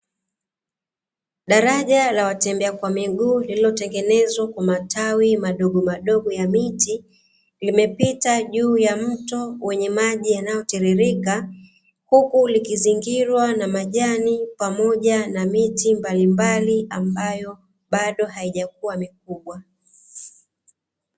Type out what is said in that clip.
Daraja la watembea kwa miguu lililotengenezwa kwa matawi madogomdogo ya miti, limepita juu ya mto wenye maji yanayotiririka, huku likizingirwa na majani pamoja na miti mbalimbali ambayo bado haijakuwa mikubwa.